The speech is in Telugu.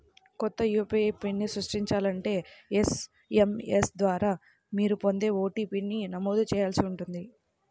కొత్త యూ.పీ.ఐ పిన్ని సృష్టించాలంటే ఎస్.ఎం.ఎస్ ద్వారా మీరు పొందే ఓ.టీ.పీ ని నమోదు చేయాల్సి ఉంటుంది